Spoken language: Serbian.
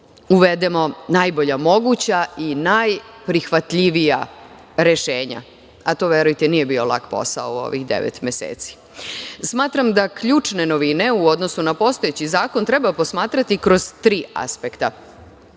uvedemo najbolja moguća i najprihvatljivija rešenja. To verujte nije bio lak posao u ovih devet meseci. Smatram da ključne novine u odnosu na postojeći zakon treba posmatrati kroz tri aspekta.